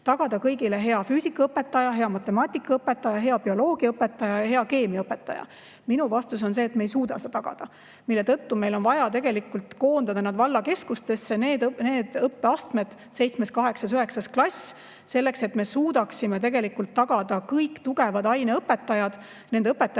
tagada hea füüsikaõpetaja, hea matemaatikaõpetaja, hea bioloogiaõpetaja ja hea keemiaõpetaja. Minu vastus on see, et me ei suuda seda tagada. Selle tõttu meil on vaja koondada vallakeskustesse need õppeastmed, seitsmes, kaheksas, üheksas klass, selleks, et me suudaksime tegelikult tagada kõik tugevad aineõpetajad. Nende õpetajate